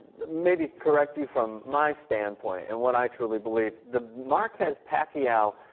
the maybe correctly from my standpoint and what i truly believe the marquez paki al